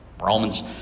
Romans